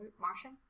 Martian